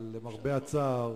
אבל למרבה הצער,